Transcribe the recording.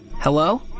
Hello